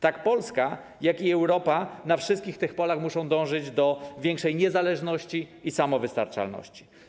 Tak Polska, jak i Europa na wszystkich tych polach muszą dążyć do większej niezależności i samowystarczalności.